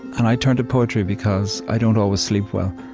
and i turn to poetry because i don't always sleep well.